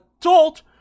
adult